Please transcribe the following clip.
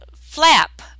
flap